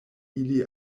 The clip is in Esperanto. ili